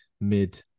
mid